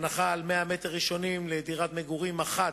הנחה על 100 מ"ר ראשונים לדירת מגורים אחת,